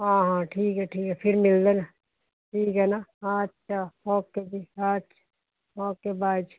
ਹਾਂ ਹਾਂ ਠੀਕ ਹੈ ਠੀਕ ਹੈ ਫਿਰ ਮਿਲਦੇ ਨੇ ਠੀਕ ਹੈ ਨਾ ਅੱਛਾ ਓਕੇ ਜੀ ਓਕੇ ਓਕੇ ਬਾਏ ਜੀ